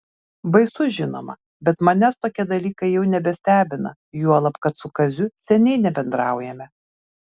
baisu žinoma bet manęs tokie dalykai jau nebestebina juolab kad su kaziu seniai nebendraujame